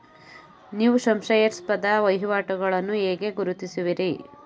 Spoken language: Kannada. ನೀವು ಸಂಶಯಾಸ್ಪದ ವಹಿವಾಟುಗಳನ್ನು ಹೇಗೆ ಗುರುತಿಸುವಿರಿ?